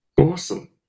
awesome